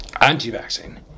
anti-vaccine